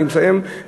אני מסיים,